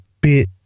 bit